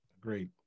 Great